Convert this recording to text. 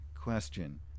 Question